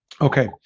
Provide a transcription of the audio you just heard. Okay